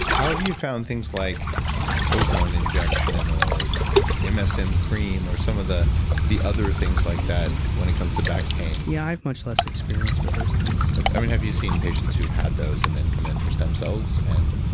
have you found things like ozone injection or msm cream or some of the the other things like that when it comes to back pain? yeah, i've much less experience with those things i mean have you seen patients who've had those and then come in for stem cells and something